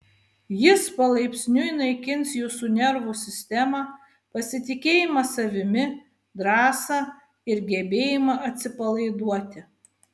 jis palaipsniui naikins jūsų nervų sistemą pasitikėjimą savimi drąsą ir gebėjimą atsipalaiduoti